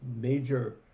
major